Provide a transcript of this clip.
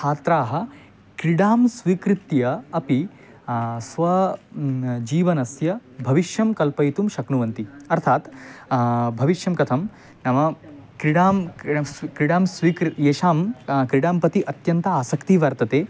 छात्राः क्रीडां स्वीकृत्य अपि स्व जीवनस्य भविष्यं कल्पयितुं शक्नुवन्ति अर्थात् भविष्यं कथं नाम क्रीडां क्रीडां स्वीकृत्य येषां क्रीडा प्रति अत्यन्ता आसक्तिः वर्तते